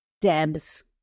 Debs